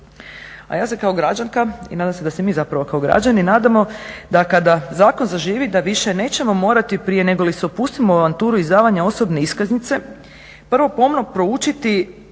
A ja se kao građanka i nadam se da se mi zapravo kao građani nadamo da kada zakon zaživi da više nećemo morati prije negoli se upustimo u avanturu izdavanja osobne iskaznice prvo pomno proučiti